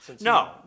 No